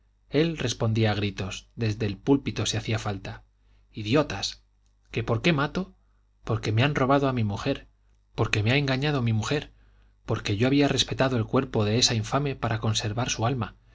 él respondía a gritos desde el púlpito si hacía falta idiotas que por qué mato por que me han robado a mi mujer porque me ha engañado mi mujer porque yo había respetado el cuerpo de esa infame para conservar su alma